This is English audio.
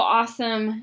awesome